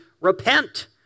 repent